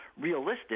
realistic